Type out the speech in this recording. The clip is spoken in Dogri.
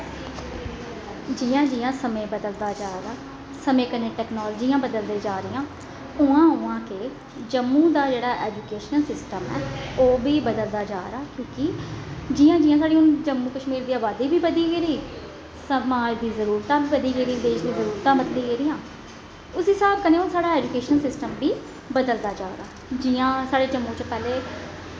जियां जियां समें बदलदा जा दा समें कन्नै टैकनॉलजियां बदलदियां जा दियां उ'आं उ'आं गै जम्मू दा जेह्ड़ा ऐजुकेशन सिस्टम ऐ ओह् बी बदलदा जा दा क्योंकि जियां जियां साढ़े हून जम्मू कश्मीर दी अबादी बी बधी गेदी समाज़ दी जरूरतां बदली गेदियां बेसिक जरूरतां बदली गेदियां उस स्हाब कन्नै हून साढ़ा ऐजुकेशन सिस्टम बी बदलदा जा दा जियां साढ़े जम्मू च पैह्लें